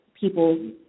people